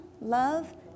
love